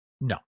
No